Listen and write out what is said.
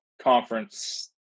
conference